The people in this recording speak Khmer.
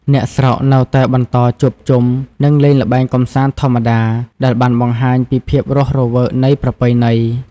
អ្នកស្រុកនៅតែបន្តជួបជុំ និងលេងល្បែងកម្សាន្តធម្មតា ដែលបានបង្ហាញពីភាពរស់រវើកនៃប្រពៃណី។